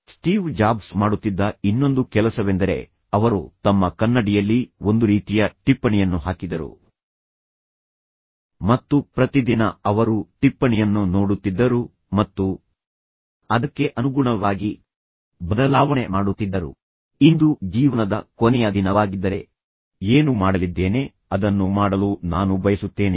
Steve Jobs ಅವರು ಮಾಡುತ್ತಿದ್ದ ಇನ್ನೊಂದು ಕೆಲಸವೆಂದರೆ ಅವರು ತಮ್ಮ ಕನ್ನಡಿಯಲ್ಲಿ ಒಂದು ರೀತಿಯ ಟಿಪ್ಪಣಿಯನ್ನು ಹಾಕಿದರು ಮತ್ತು ಪ್ರತಿದಿನ ಅವರು ಹೋಗುತ್ತಿದ್ದಾಗ ಅವರು ಈ ಟಿಪ್ಪಣಿಯನ್ನು ನೋಡುತ್ತಿದ್ದರು ಮತ್ತು ನಂತರ ಅವರು ಅದಕ್ಕೆ ಅನುಗುಣವಾಗಿ ಬದಲಾವಣೆ ಮಾಡುತ್ತಿದ್ದರು ಮತ್ತು ಈ ಟಿಪ್ಪಣಿ ಏನು ಇಂದು ನನ್ನ ಜೀವನದ ಕೊನೆಯ ದಿನವಾಗಿದ್ದರೆ ನಾನು ಇಂದು ಏನು ಮಾಡಲಿದ್ದೇನೆ ಅದನ್ನು ಮಾಡಲು ನಾನು ಬಯಸುತ್ತೇನೆಯೇ